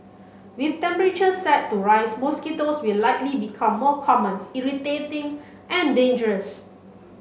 with temperatures set to rise mosquitoes will likely become more common irritating and dangerous